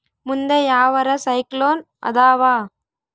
ಮುಂದೆ ಯಾವರ ಸೈಕ್ಲೋನ್ ಅದಾವ?